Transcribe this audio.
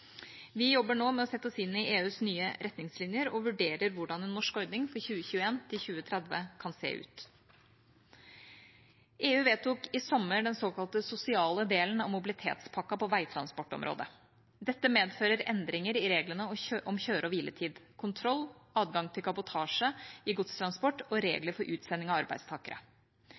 Vi jobber nå med å sette oss inn i EUs nye retningslinjer og vurderer hvordan en norsk ordning for 2021–2030 kan se ut. EU vedtok i sommer den såkalte sosiale delen av mobilitetspakka på veitransportområdet. Dette medfører endringer i reglene om kjøre- og hviletid, kontroll, adgang til kabotasje i godstransport og regler for utsending av arbeidstakere.